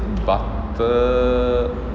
butter